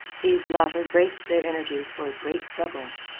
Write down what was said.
these latter braced their energies for a great struggle.